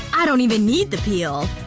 i don't even need the peel